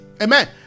amen